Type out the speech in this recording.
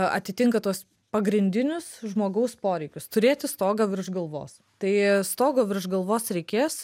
atitinka tuos pagrindinius žmogaus poreikius turėti stogą virš galvos tai stogo virš galvos reikės